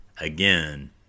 again